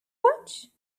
much